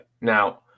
Now